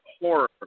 horror